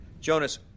Jonas